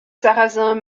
sarrasins